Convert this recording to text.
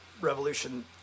revolution